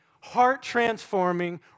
heart-transforming